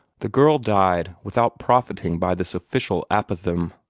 the girl died without profiting by this official apothegm.